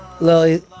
Lily